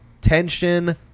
tension